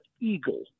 eagle